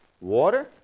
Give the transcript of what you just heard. Water